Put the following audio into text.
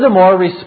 Furthermore